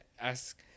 ask